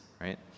right